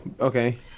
okay